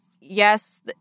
yes